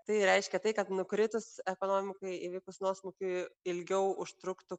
tai reiškia tai kad nukritus ekonomikai įvykus nuosmukiui ilgiau užtruktų